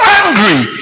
angry